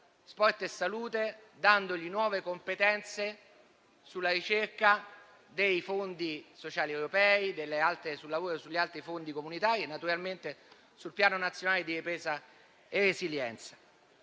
"Sport e salute", dandogli nuove competenze sulla ricerca dei fondi sociali europei, sul lavoro e sugli altri fondi comunitari e naturalmente sul Piano nazionale di ripresa e resilienza.